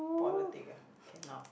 politic ah cannot